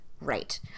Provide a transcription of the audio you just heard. Right